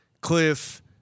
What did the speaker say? Cliff